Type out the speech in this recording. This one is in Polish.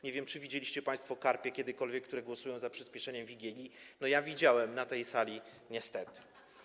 Nie wiem, czy widzieliście państwo kiedykolwiek karpie, które głosują za przyspieszeniem Wigilii, ja widziałem na tej sali, niestety.